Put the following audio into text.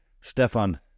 Stefan